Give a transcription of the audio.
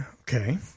Okay